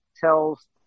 tells